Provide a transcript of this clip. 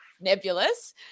nebulous